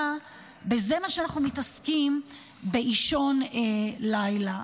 זה מה שאנחנו מתעסקים בו באישון לילה?